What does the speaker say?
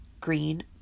green